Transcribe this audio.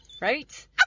right